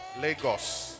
Lagos